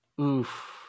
Oof